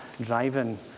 driving